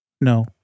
No